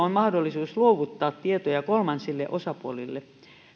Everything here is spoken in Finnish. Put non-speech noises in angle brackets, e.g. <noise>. <unintelligible> on mahdollisuus luovuttaa tietoja kolmansille osapuolille